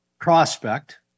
prospect